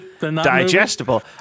digestible